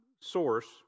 source